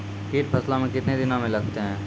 कीट फसलों मे कितने दिनों मे लगते हैं?